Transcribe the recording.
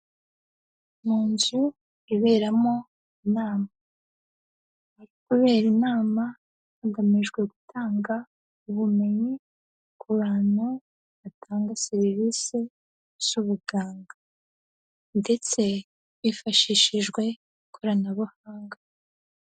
Mu nzu iberamo inama. Hari kubera inama hagamijwe gutanga ubumenyi, ku bantu batanga serivisi z'ubuganga ndetse hifashishijwe ikoranabuhanga.